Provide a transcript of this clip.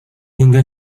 hingga